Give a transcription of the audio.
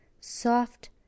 soft